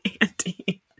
Andy